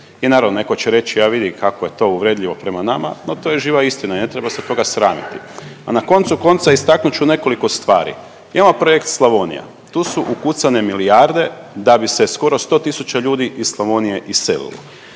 I naravno neko će reći, a vidi kako je to uvredljivo prema nama, no to je živa istina i ne treba se toga sramiti. A na koncu konca istaknut ću nekoliko stvari, imamo projekt Slavonija tu su ukucane milijarde da bi se skoro 100.000 iz Slavonije iselilo.